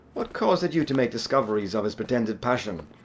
what cause had you to make discoveries of his pretended passion?